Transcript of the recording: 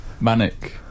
Manic